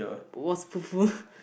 wasp